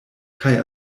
kaj